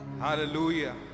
Hallelujah